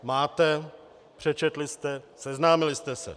Máte, přečetli jste, seznámili jste se.